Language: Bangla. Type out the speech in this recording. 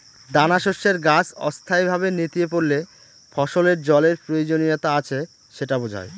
দানাশস্যের গাছ অস্থায়ীভাবে নেতিয়ে পড়লে ফসলের জলের প্রয়োজনীয়তা আছে সেটা বোঝায়